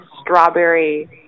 strawberry